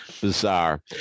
bizarre